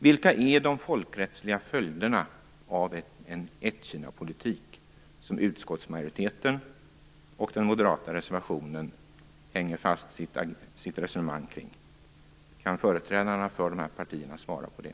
Vilka är de folkrättsliga följderna av den ett-Kinapolitik som utskottsmajoriteten och den moderata reservationen hänger fast sitt resonemang kring? Kan företrädarna för de här partierna svara på det?